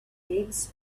immense